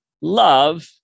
love